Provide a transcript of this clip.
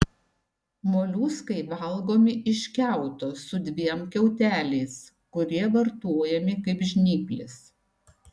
moliuskai valgomi iš kiauto su dviem kiauteliais kurie vartojami kaip žnyplės